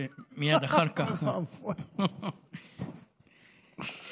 ומייד אחר כך, אוי ואבוי.